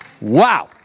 wow